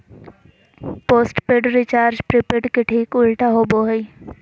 postpaid recharge prepaid के ठीक उल्टा होबो हइ